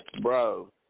bro